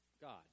God